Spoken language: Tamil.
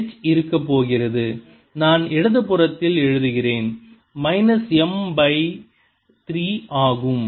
H இருக்கப் போகிறது நான் இடதுபுறத்தில் எழுதுகிறேன் மைனஸ் M பை 3 ஆகும்